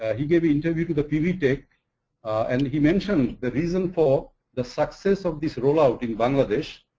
ah he gave an interview to the pvtech and he mentioned the reason for the success of this rollout in bangladesh.